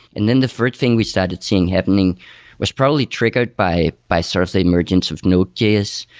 and then the third thing we started seeing happening was probably triggered by by sort of the emergence of node js,